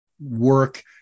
work